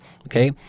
okay